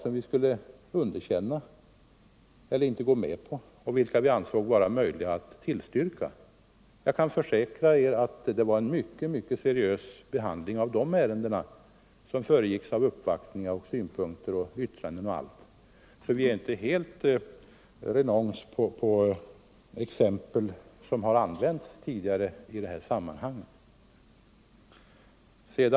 En del av dessa kunde vi inte gå med på och andra ansåg vi det möjligt att bifalla. Och jag kan försäkra att ärendena fick en mycket seriös behandling, som föregicks av uppvaktningar, synpunkter och yttranden. Vi är alltså inte helt renons på konkreta exempel i sådana här sammanhang.